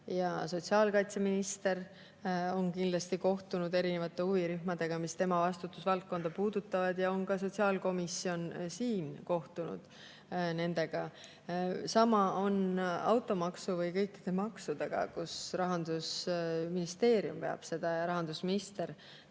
Sotsiaalkaitseminister on kindlasti kohtunud erinevate huvirühmadega, mis tema vastutusvaldkonda puudutavad, ja on ka sotsiaalkomisjon nendega kohtunud. Samamoodi on automaksu või kõikide maksudega, Rahandusministeerium veab seda [tööd] ja rahandusminister